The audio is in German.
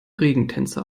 regentänze